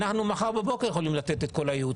אנחנו מחר בבוקר יכולים לתת את כל הייעוץ,